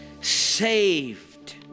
saved